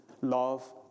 love